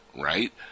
right